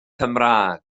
cymraeg